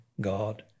God